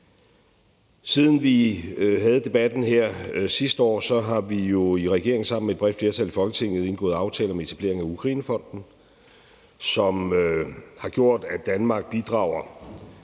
Siden vi havde debatten her sidste år, har vi jo i regeringen sammen med et bredt flertal i Folketinget indgået aftale om etablering af Ukrainefonden, som har gjort, at Danmark bidrager